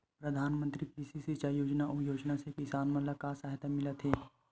प्रधान मंतरी कृषि सिंचाई योजना अउ योजना से किसान मन ला का सहायता मिलत हे?